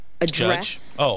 address